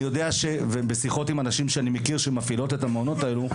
אני יודע ובשיחות עם אנשים שמכיר שמפעילות את המעונות האלו,